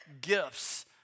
gifts